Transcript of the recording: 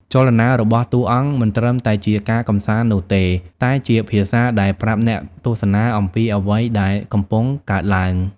ចលនារបស់តួអង្គ មិនត្រឹមតែជាការកម្សាន្តនោះទេ តែជាភាសាដែលប្រាប់អ្នកទស្សនាអំពីអ្វីដែលកំពុងកើតឡើង។